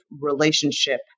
relationship